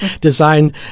design